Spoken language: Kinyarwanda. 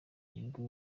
nibwo